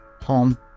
home